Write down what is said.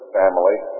family